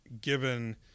given